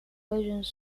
legends